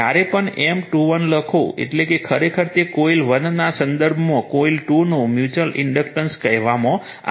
જ્યારે પણ M21 લખો એટલે ખરેખર તેને કોઇલ 1 ના સંદર્ભમાં કોઇલ 2 નો મ્યુચુઅલ ઇન્ડક્ટન્સ કહેવામાં આવે છે